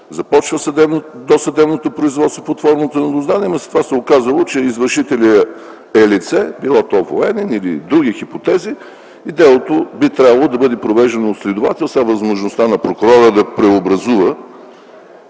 започва досъдебното производство под формата на дознание, ама след това се оказало, че извършителят е лице – било то военен или други хипотези, и делото би трябвало да бъде провеждано от следовател. Сега възможността на прокурора да преобразува